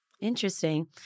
Interesting